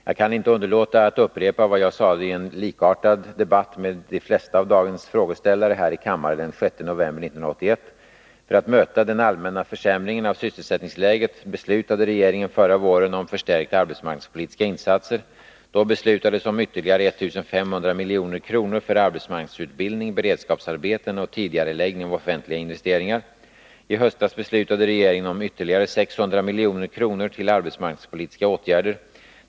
Jag kan inte underlåta att upprepa vad jag sade i en likartad debatt med de flesta av dagens frågeställare här i kammaren den 6 november 1981. För att möta den allmänna försämringen av sysselsättningsläget beslutade regeringen förra våren om förstärkta arbetsmarknadspolitiska insatser. Då beslutades om ytterligare 1500 milj.kr. för arbetsmarknadsutbildning, beredskapsarbeten och tidigareläggning av offentliga investeringar. I höstas beslutade regeringen om ytterligare 600 milj.kr. till arbetsmarknadspolitiska åtgärder.